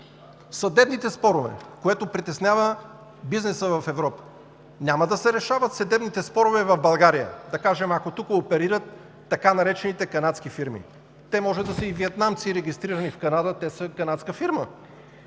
съдебните спорове, което притеснява бизнеса в Европа. Няма да се решават съдебните спорове в България, да кажем, ако тук оперират така наречените канадски фирми. Те може да са и виетнамци, регистрирани в Канада, те са канадска фирма.